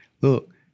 Look